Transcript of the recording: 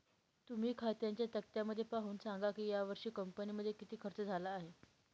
तुम्ही खात्यांच्या तक्त्यामध्ये पाहून सांगा की यावर्षी कंपनीमध्ये किती खर्च झाला आहे